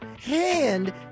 hand